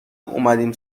اومدیم